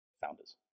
founders